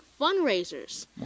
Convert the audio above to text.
fundraisers